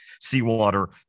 seawater